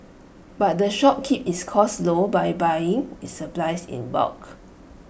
but the shop keep its costs low by buying its supplies in bulk